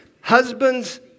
Husbands